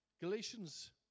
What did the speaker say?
Galatians